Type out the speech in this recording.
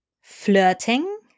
Flirting